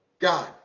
God